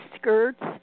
skirts